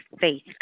faith